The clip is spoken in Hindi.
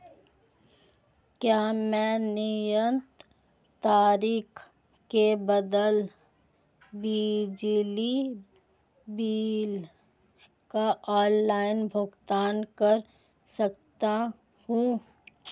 क्या मैं नियत तारीख के बाद बिजली बिल का ऑनलाइन भुगतान कर सकता हूं?